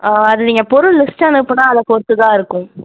ஆ அது நீங்கள் பொருள் லிஸ்ட் அனுப்பினா அதை பொறுத்துதான் இருக்கும்